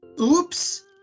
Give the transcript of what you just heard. oops